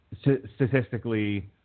statistically